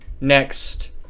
next